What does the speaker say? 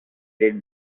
did